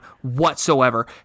whatsoever